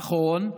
נכון,